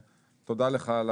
תודה לך על